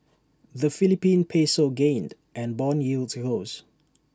the Philippine Peso gained and Bond yields rose